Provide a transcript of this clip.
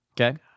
Okay